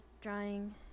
drawing